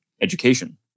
education